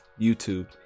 YouTube